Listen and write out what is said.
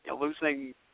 losing